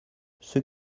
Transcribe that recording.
ceux